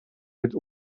mit